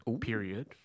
period